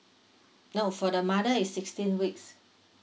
no for the mother is sixteen weeks